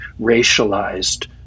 racialized